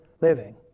living